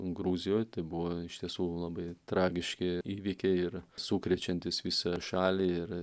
gruzijoj tai buvo iš tiesų labai tragiški įvykiai ir sukrečiantys visą šalį ir